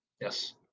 yes